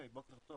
בוקר טוב.